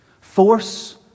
Force